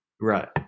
Right